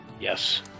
Yes